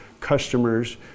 customers